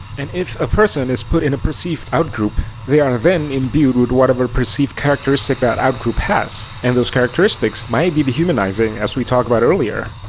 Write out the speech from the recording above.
and if a person is put in a perceived outgroup, they are then imbued with whatever perceived characteristics that outgroup has, and those characteristics might be dehumanizing, as we talked about earlier.